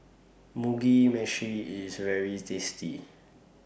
Mugi Meshi IS very tasty